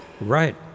Right